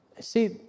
See